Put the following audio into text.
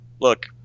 look